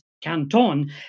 canton